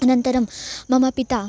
अनन्तरं मम पिता